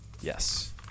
Yes